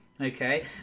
okay